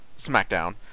SmackDown